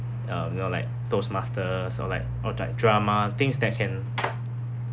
um you know like toastmasters or like or try drama things that can